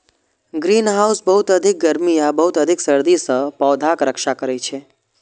greenhouse बहुत अधिक गर्मी आ बहुत अधिक सर्दी सं पौधाक रक्षा करै छै